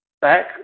back